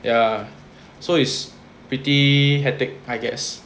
ya so it's pretty hectic I guess